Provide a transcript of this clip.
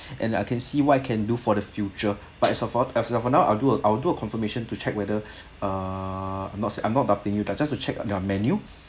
and I can see what I can do for the future but as of as of now I'll do a I'll do a confirmation to check whether err I'm not I'm not doubting you but just to check their menu